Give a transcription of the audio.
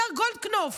השר גולדקנופ,